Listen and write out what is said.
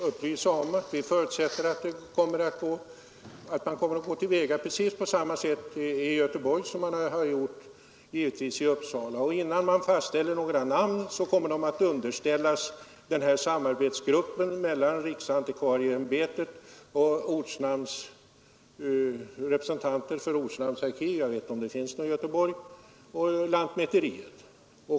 Herr talman! Jag kan upplysa om att jag förutsätter att man kommer att gå till väga precis på samma sätt i Göteborg som man gjort i Uppsala. Innan man fastställer några namn, kommer de att underställas samarbetsgruppen, som består av representanter för riksantikvarieämbetet, ortnamnsarkivet — jag vet inte om det finns något arkiv i Göteborg — och lantmäteriet.